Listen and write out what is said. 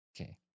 okay